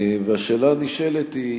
השאלה שנשאלת היא,